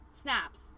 snaps